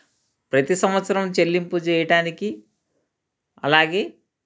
ప్రతీ సంవత్సరం చెల్లింపు చెయ్యటానికి అలాగే